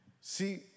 See